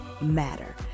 Matter